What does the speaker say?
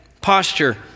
posture